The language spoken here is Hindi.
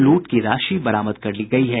लूट की राशि बरामद कर ली गयी है